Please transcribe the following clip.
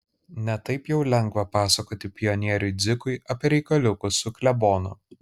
ne taip jau lengva pasakoti pionieriui dzikui apie reikaliukus su klebonu